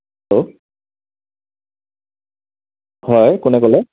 hello হয় কোনে ক'লে